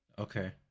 okay